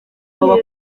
baba